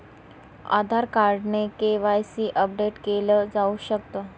आधार card ने KYC update केल जाऊ शकत